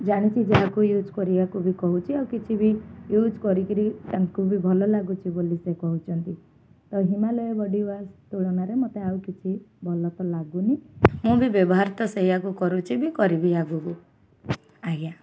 ଜାଣିଛି ଯାହାକୁ ୟୁଜ୍ କରିବାକୁ ବି କହୁଛି ଆଉ କିଛି ବି ୟୁଜ୍ କରିକିରି ତାଙ୍କୁ ବି ଭଲ ଲାଗୁଛି ବୋଲି ସେ କହୁଛନ୍ତି ତ ହିମାଳୟ ବଡ଼ିୱାଶ୍ ତୁଳନାରେ ମୋତେ ଆଉ କିଛି ଭଲ ତ ଲାଗୁନି ମୁଁ ବି ବ୍ୟବହାର ତ ସେୟାକୁ କରୁଛି ବି କରିବି ଆଗକୁ ଆଜ୍ଞା